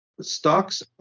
stocks